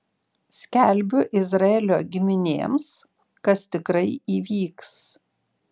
skelbiu izraelio giminėms kas tikrai įvyks